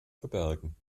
verbergen